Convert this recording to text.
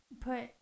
put